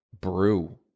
brew